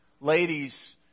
ladies